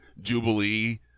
Jubilee